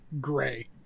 gray